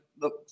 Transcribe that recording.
look